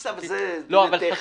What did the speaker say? זה טכני.